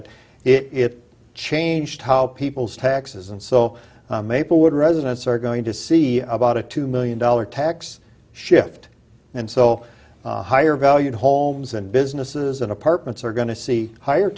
it it changed how people's taxes and so maplewood residents are going to see about a two million dollar tax shift and so higher valued homes and businesses and apartments are going to see higher